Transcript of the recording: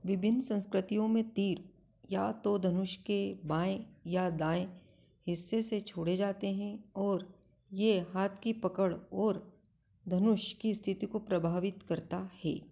विभिन्न संस्कृतियों में तीर या तो धनुष के बाएँ या दाएँ हिस्से से छोड़े जाते हैं और यह हाथ की पकड़ और धनुष की स्थिति को प्रभावित करता है